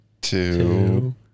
two